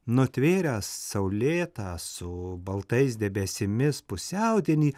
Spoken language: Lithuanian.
nutvėręs saulėtą su baltais debesimis pusiaudienį